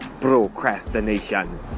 procrastination